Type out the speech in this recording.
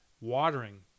watering